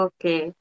Okay